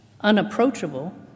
unapproachable